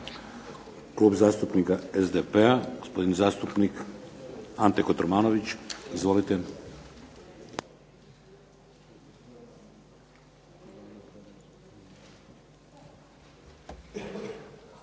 Klub zastupnika SDP-a, gospodin zastupnik Ante Kotromanović. Izvolite.